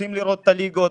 ורוצים לראות את הליגות.